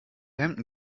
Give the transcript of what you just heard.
hemden